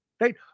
Right